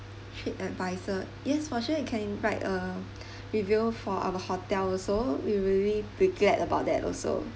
head advisor yes for sure you can write a review for our hotel also we'll really be glad about that also